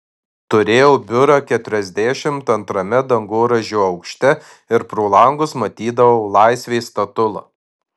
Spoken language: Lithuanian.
turėjau biurą keturiasdešimt antrame dangoraižio aukšte ir pro langus matydavau laisvės statulą